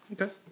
Okay